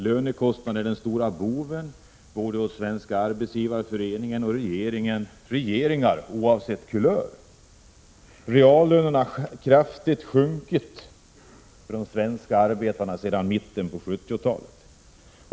Lönekostnaden är den stora boven, både hos Svenska arbetsgivareföreningen och regeringar, oavsett kulör. Reallönerna har sjunkit kraftigt för de svenska arbetarna sedan mitten av 70-talet.